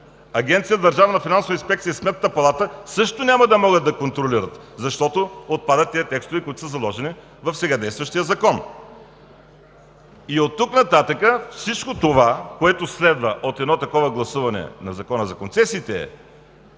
Агенцията за държавна финансова инспекция и Сметната палата също няма да могат да контролират, защото отпадат тези текстове, които са заложени в сега действащия закон. Оттук нататък всичко това, което следва от едно такова гласуване на Закона за концесиите, е